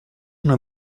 una